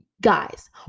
Guys